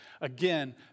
Again